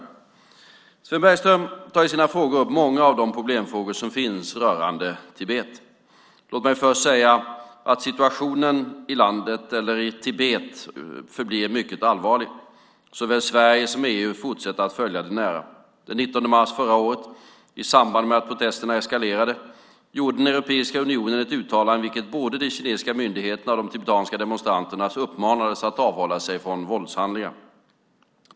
Sven Bergström tar i sina frågor upp många av de problemfrågor som finns rörande Tibet. Låt mig först säga att situationen i Tibet förblir mycket allvarlig. Såväl Sverige som EU fortsätter att följa den nära. Den 19 mars förra året, i samband med att protesterna eskalerade, gjorde Europeiska unionen ett uttalande i vilket både de kinesiska myndigheterna och de tibetanska demonstranterna uppmanades att avhålla sig från våldshandlingar.